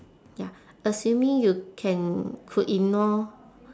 ya assuming you can could ignore